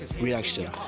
reaction